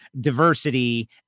diversity